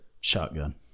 shotgun